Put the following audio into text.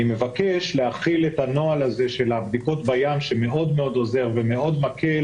אני מבקש להחיל את הנוהל הזה של הבדיקות בים מה שמאוד עוזר ומאוד מקל